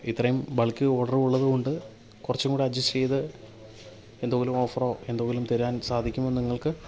ഇത്രയും ബൾക്ക് ഓഡറുള്ളതുകൊണ്ട് കുറച്ചുംകൂടെ അഡ്ജസ്റ്റ് ചെയ്ത് എന്തെങ്കിലും ഓഫാറോ എന്തെങ്കിലും തരാൻ സാധിക്കുമോ നിങ്ങൾക്ക്